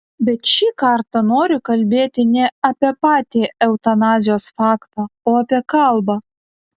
bet šį kartą noriu kalbėti ne apie patį eutanazijos faktą o apie kalbą